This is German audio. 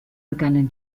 begannen